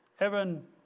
Evan